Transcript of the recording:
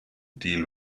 deal